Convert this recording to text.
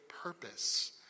purpose